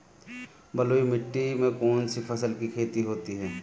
बलुई मिट्टी में कौनसी फसल की खेती होती है?